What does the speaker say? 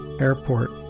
Airport